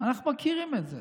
אנחנו מכירים את זה.